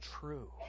true